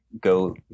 go